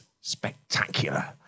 spectacular